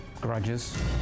grudges